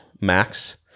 max